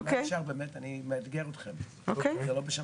אני מאתגר אתכם, זה לא בשמיים,